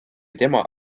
tema